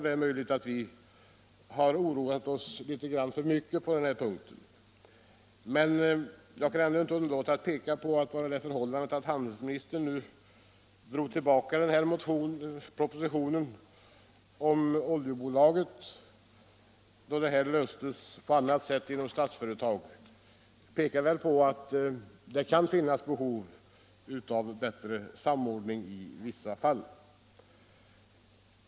Det är möjligt att vi har oroat oss i onödan på denna punkt. Men jag kan inte underlåta att peka på att det förhållandet att handelsministern drog tillbaka propositionen angående inrättande av ett statligt oljebolag — eftersom denna fråga lösts i annan ordning inom Statsföretag — tyder på att det kan finnas behov av en bättre samordning.